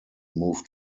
moved